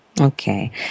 Okay